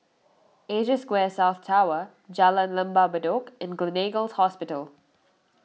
Asia Square South Tower Jalan Lembah Bedok and Gleneagles Hospital